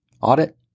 audit